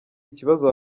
ikibazo